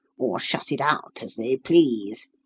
or shut it out as they please.